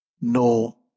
no